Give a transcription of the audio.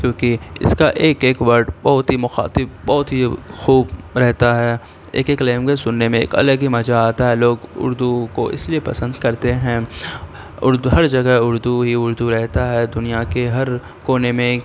کیونکہ اس کا ایک ایک ورڈ بہت ہی مخاطب بہت ہی خوب رہتا ہے ایک ایک لینگویج سننے میں ایک الگ ہی مزہ آتا ہے لوگ اردو کو اس لیے پسند کرتے ہیں اردو ہر جگہ اردو ہی اردو رہتا ہے دنیا کے ہر کونے میں